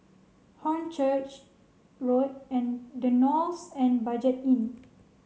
Hornchurch Road and the Knolls and Budget Inn